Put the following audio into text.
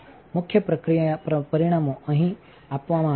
મુખ્ય પ્રક્રિયા પરિમાણોઅહીંoverઆપવામાં આવે છે